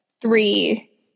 three